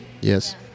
Yes